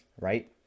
right